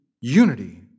unity